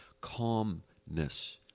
calmness